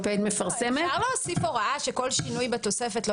אפשר להוסיף הוראה שכל שינוי בתוספת לא